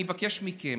אני מבקש מכם,